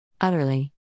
Utterly